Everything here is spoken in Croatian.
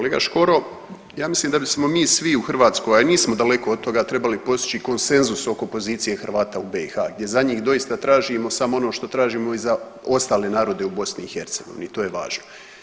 Kolega Škoro, ja mislim da bismo mi svi u Hrvatskoj, a nismo daleko od toga trebali postići konsenzus oko pozicije Hrvata u BiH gdje za njih doista tražimo samo ono što tražimo i za ostale narode u BiH i to je važno.